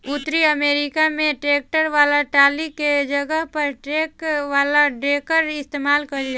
उतरी अमेरिका में ट्रैक्टर वाला टाली के जगह पर ट्रक वाला डेकर इस्तेमाल कईल जाला